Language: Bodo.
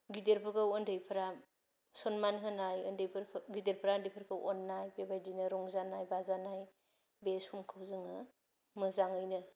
गिदिरफोरखौ उन्दैफ्रा सन्मान होनाय उन्दै फोरखौ गिदिरफ्रा उन्दै फोरखौ अननाय बे बायदिनो रंजानाय बाजानाय बे समखौ जोङो मोजाङैनो